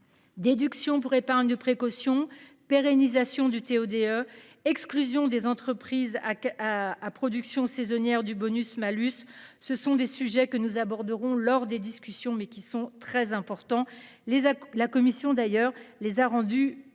Déduction pour épargne de précaution pérennisation du TO-DE. Exclusion des entreprises. Ah ah ah production saisonnière du bonus-malus, ce sont des sujets que nous aborderons lors des discussions mais qui sont très importants, les. La commission d'ailleurs les a rendus budgétairement